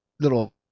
Little